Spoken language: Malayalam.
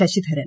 ശശിധരൻ